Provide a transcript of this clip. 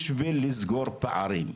על מנת לסגור פערים.